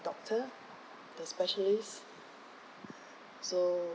doctor the specialists so